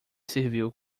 civil